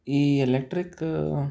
ಈ ಎಲೆಕ್ಟ್ರಿಕ್